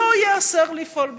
לא ייאסר לפעול בשבת.